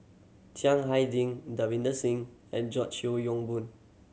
Chiang Hai Ding Davinder Singh and George Yeo Yong Boon